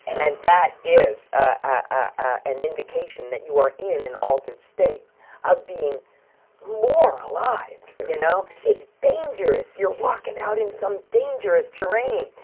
and that is an indication that you are in an altered state of being more alive, you know? it's dangerous! you're walking out in some dangerous terrain!